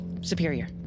Superior